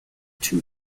two